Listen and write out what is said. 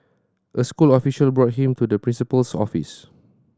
a school official brought him to the principal's office